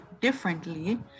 differently